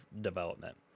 development